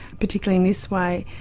particularly in this way.